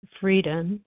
freedom